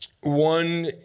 One